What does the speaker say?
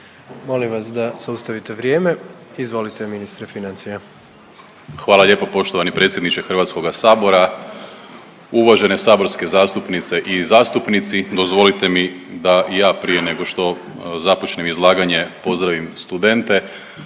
Molim vas da zaustavite vrijeme, izvolite ministre financija. **Primorac, Marko** Hvala lijepo poštovani predsjedniče HS. Uvažene saborske zastupnice i zastupnici, dozvolite mi da i ja prije nego što započnem izlaganje pozdravim studente